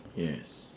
yes